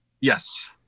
Yes